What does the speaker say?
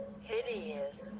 Hideous